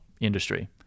industry